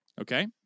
Okay